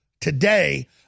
today